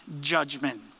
judgment